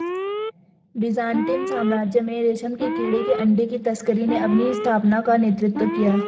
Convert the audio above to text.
Byzantine साम्राज्य में रेशम के कीड़े के अंडे की तस्करी ने अपनी स्थापना का नेतृत्व किया